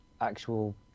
actual